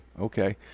okay